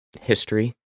history